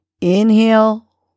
Inhale